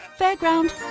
fairground